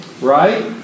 Right